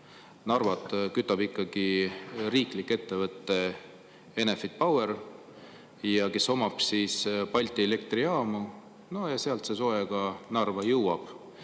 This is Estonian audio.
Narvat kütab ikkagi riiklik ettevõte Enefit Power, kes omab Balti elektrijaama. Sealt see soe ka Narva jõuab.